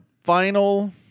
final